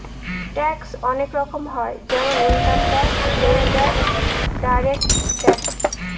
tax অনেক রকম হয় যেমন income tax, sales tax, direct tax